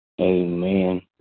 Amen